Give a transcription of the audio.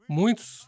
muitos